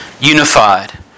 unified